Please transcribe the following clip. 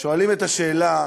שואלים את השאלה: